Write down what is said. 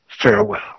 farewell